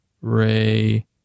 Ray